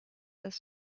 das